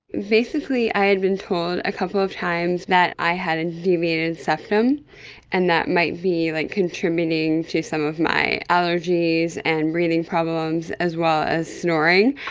basically i had been told a couple of times that i had a deviated septum and that might be like contributing to some of my allergies and breathing problems, as well as snoring.